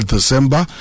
December